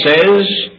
says